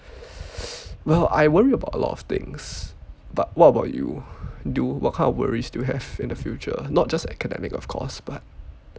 well I worry about a lot of things but what about you do what kind of worries do you have in the future not just academic of course but